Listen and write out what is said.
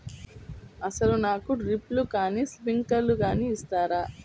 అసలు నాకు డ్రిప్లు కానీ స్ప్రింక్లర్ కానీ ఇస్తారా?